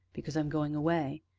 because i am going away.